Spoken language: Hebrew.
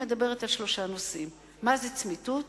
היא מדברת על שלושה נושאים: מה זה צמיתות,